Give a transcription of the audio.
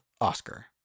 Oscar